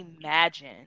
imagine